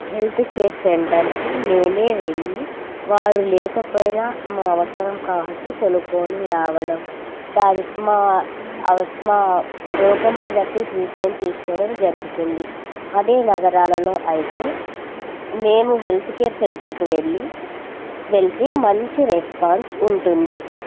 health care సెంటర్కి మేమే వెళ్లి వారు లేకపోయినా మా అవసరం కాబట్టి తెలుసుకొని రావడం దానికి మా అవస్ మా రోగములు బట్టి ట్రీట్మెంట్ తీసుకోవడం జరుగుతుంది అదే నగరాలలో అయితే మేము హెల్త్ కేర్ సెంటర్కి వెళ్లి వెళితే మంచి రెస్పాన్స్ ఉంటుంది